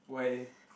why